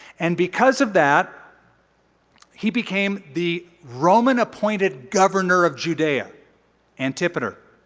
and because of that he became the roman appointed governor of judea antipater.